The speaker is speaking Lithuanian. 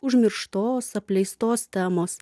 užmirštos apleistos temos